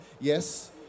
yes